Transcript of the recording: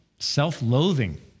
self-loathing